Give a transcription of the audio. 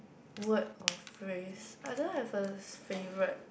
word or phrase I don't have a f~ favorite